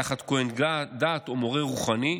תחת כהן דת או מורה רוחני,